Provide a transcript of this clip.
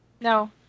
No